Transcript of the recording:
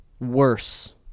worse